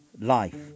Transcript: life